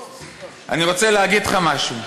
אני רוצה להגיד לך משהו: